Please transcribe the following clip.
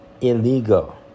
illegal